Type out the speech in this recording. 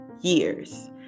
years